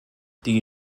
die